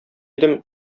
идем